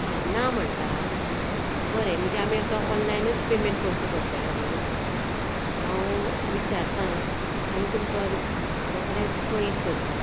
हां ना म्हणटा बरें म्हणजे आमी आतां ऑनलायनच पेमेंट करचो पडटलो न्ही हांव विचारतां आनी तुमकां रोखडेंच कळीत करतां